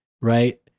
right